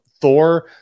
Thor